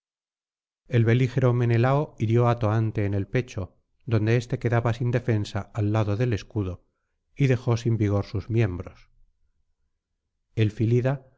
el belígero menelao hirió á toante en el pecho donde éste quedaba sin defensa al lado del escudo y dejó sin vigor sus miembros el